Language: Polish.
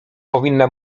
powinna